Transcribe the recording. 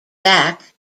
back